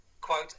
quote